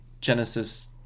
Genesis